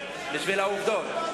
בשביל העובדות.